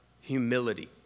humility